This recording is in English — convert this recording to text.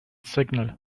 signal